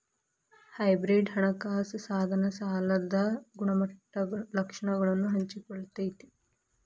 hybrid ಹಣಕಾಸ ಸಾಧನ ಸಾಲದ ಗುಣಲಕ್ಷಣಗಳನ್ನ ಹಂಚಿಕೊಳ್ಳತೈತಿ